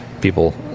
people